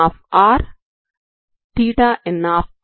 ϴnθ లను తీసుకోవచ్చు